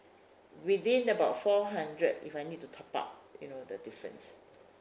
within about four hundred if I need to top up you know the difference